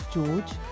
George